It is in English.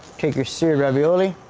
take you seared ravioli,